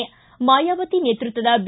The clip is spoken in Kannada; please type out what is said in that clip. ಿ ಮಾಯಾವತಿ ನೇತೃತ್ವದ ಬಿ